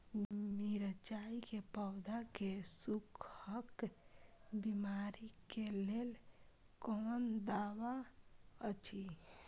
मिरचाई के पौधा के सुखक बिमारी के लेल कोन दवा अछि?